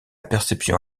perception